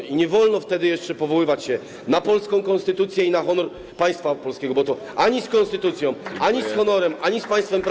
I nie wolno wtedy jeszcze powoływać się na polską konstytucję i na honor państwa polskiego, bo to ani z konstytucją, ani z honorem, ani z państwem prawa.